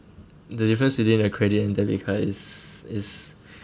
the difference between a credit and debit card is is